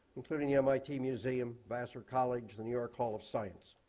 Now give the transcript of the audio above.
including mit museum, vassar college, the new york hall of science.